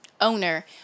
owner